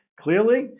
Clearly